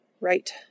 right